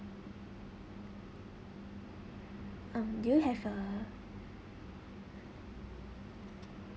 um do you have a